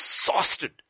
exhausted